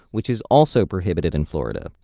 which is also prohibited in florida.